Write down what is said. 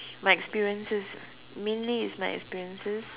my experiences mainly is my experiences